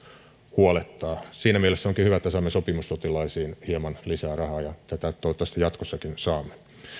huolettaa siinä mielessä onkin hyvä että saamme sopimussotilaisiin hieman lisää rahaa ja tätä toivottavasti jatkossakin saamme